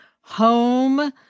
home